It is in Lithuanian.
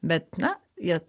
bet na jie